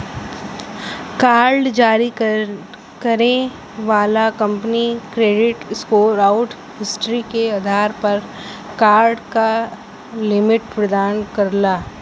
card जारी करे वाला कंपनी क्रेडिट स्कोर आउर हिस्ट्री के आधार पर कार्ड क लिमिट प्रदान करला